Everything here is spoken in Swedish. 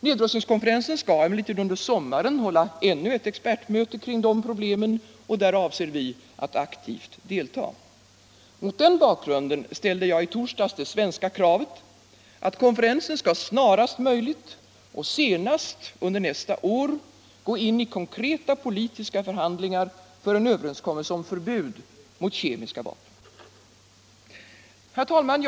Nedrustningskonferensen skall emellertid under sommaren hålla ännu ett ecxpertmöte kring dessa problem, och där avser vi att aktivt delta. Mot den bakgrunden ställde jag i torsdags det svenska kravet att konferensen skall snarast möjligt och senast under nästa år gå in i konkreta politiska förhandlingar för en överenskommelse om förbud mot kemiska vapen. Herr talman!